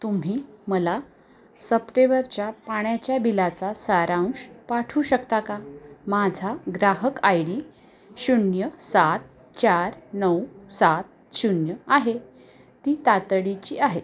तुम्ही मला सप्टेबरच्या पाण्याच्या बिलाचा सारांश पाठवू शकता का माझा ग्राहक आय डी शून्य सात चार नऊ सात शून्य आहे ती तातडीची आहे